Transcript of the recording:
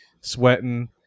sweating